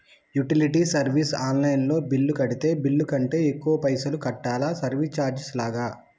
Utility service online లో bill కడితే bill కంటే ఎక్కువ పైసల్ కట్టాలా సర్వీస్ చార్జెస్ లాగా?